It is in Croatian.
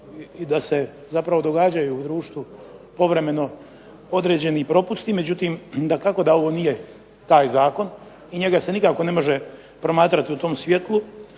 i da se zapravo događaju u društvu povremeno određeni propusti, međutim dakako da ovo nije taj zakon i njega se nikako ne može promatrati u tom svjetlu,